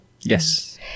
Yes